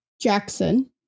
Jackson